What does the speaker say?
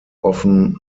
often